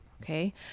okay